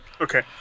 Okay